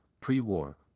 pre-war